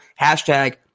hashtag